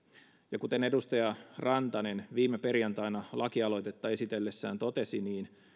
ja kuten edustaja rantanen viime perjantaina lakialoitetta esitellessään totesi